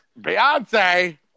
Beyonce